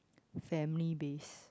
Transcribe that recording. family based